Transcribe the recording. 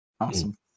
Awesome